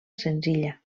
senzilla